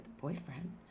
boyfriend